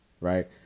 Right